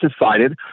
decided